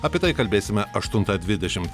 apie tai kalbėsime aštuntą dvidešimt